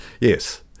yes